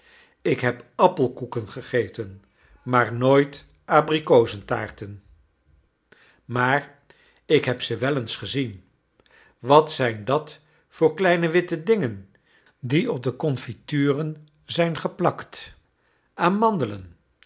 ik heb appelkoeken gegeten maar nooit abrikozentaarten maar ik heb ze wel eens gezien wat zijn dat voor kleine witte dingen die op de confituren zijn geplakt amandelen